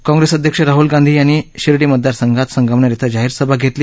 काँप्रेस अध्यक्ष राहुल गांधी यांनी शिर्डी मतदार संघात संगमनेर ििं जाहीर सभा घेतली